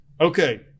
okay